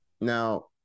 Now